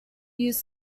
use